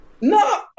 No